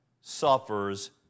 suffers